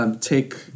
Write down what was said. Take